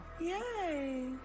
Yay